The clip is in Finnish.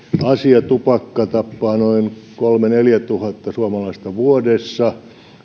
asia tupakka tappaa noin kolmetuhatta viiva neljätuhatta suomalaista vuodessa